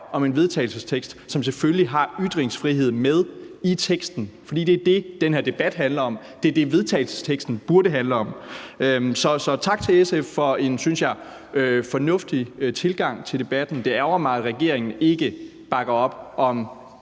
om en vedtagelsestekst, som selvfølgelig har ordet ytringsfrihed med i teksten. Det er det, den her debat handler om. Det er det, vedtagelsesteksten burde handle om. Så tak til SF for en, synes jeg, fornuftig tilgang til debatten. Det ærgrer mig, at regeringen ikke bakker op om